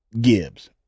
Gibbs